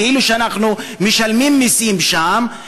כאילו שאנחנו משלמים מסים שם,